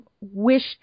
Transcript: wished